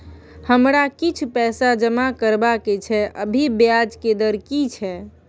हमरा किछ पैसा जमा करबा के छै, अभी ब्याज के दर की छै?